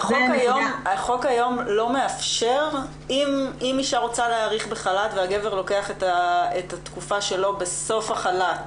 אם אישה רוצה להאריך בחל"ת והגבר לוקח את התקופה שלו בסוף החל"ת,